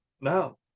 no